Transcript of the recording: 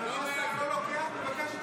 אדוני השר, לא לוקח, מבקש שתיתן.